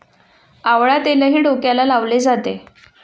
आवळा तेलही डोक्याला लावले जाते